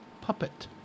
Puppet